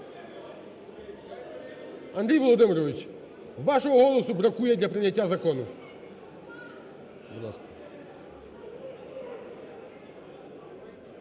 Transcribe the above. Андрій Володимирович, вашого голосу бракує для прийняття закону.